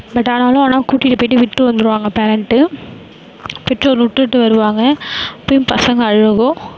but ஆனாலும் ஆனால் கூட்டிகிட்டு போயிட்டு விட்டு வந்துடுவாங்க பேரன்ட்டு பெற்றோர் விட்டுட்டு வருவாங்க அப்பிடியும் பசங்கள் அழும்